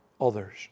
others